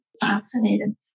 fascinated